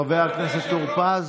חבר הכנסת טור פז,